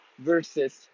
versus